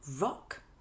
rock